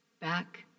back